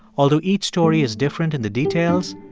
although each story is different in the details,